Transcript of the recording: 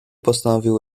postanowił